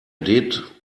did